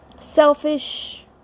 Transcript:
selfish